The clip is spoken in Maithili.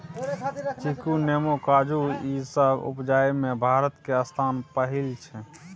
चीकू, नेमो, काजू ई सब उपजाबइ में भारत के स्थान पहिला छइ